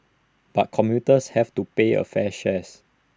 but commuters have to pay A fair shares